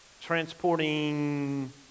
Transporting